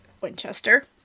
Winchester